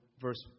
verse